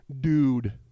dude